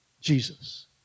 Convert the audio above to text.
Jesus